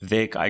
Vic